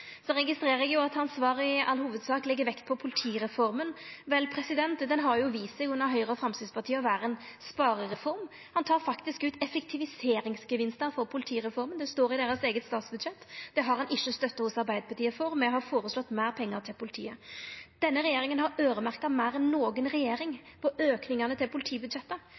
all hovudsak legg vekt på politireforma. Vel, ho har jo vist seg, under Høgre og Framstegspartiet, å vera ei sparereform. Ein tek faktisk ut effektiviseringsgevinstar i politireforma, det står i deira eige statsbudsjett. Det har ein ikkje støtte for hos Arbeidarpartiet. Me har føreslått meir pengar til politiet. Denne regjeringa har øyremerkt meir enn noka regjering på aukingane til politibudsjettet.